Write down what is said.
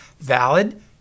valid